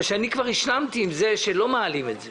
אני כבר השלמתי עם זה שלא מעלים את הנושא